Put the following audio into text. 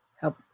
help